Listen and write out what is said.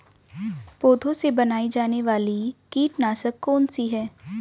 पौधों से बनाई जाने वाली कीटनाशक कौन सी है?